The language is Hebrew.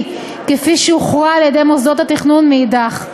כפי שהוכרע על-ידי מוסדות התכנון מאידך.